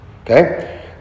okay